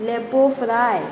लॅपो fry